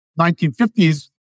1950s